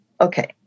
Okay